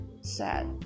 sad